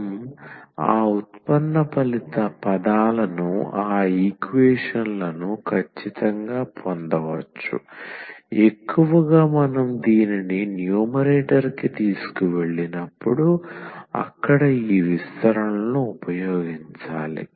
మనం ఆ ఉత్పన్న పదాలను ఆ ఈక్వేషన్ లను ఖచ్చితంగా పొందవచ్చు ఎక్కువగా మనం దీనిని న్యూమరేటర్కి తీసుకువెళ్ళినప్పుడు అక్కడ ఈ విస్తరణలను ఉపయోగించాలి